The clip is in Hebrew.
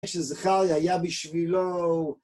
מי שזכריה היה בשבילו...